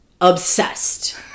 obsessed